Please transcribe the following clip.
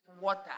water